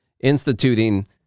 instituting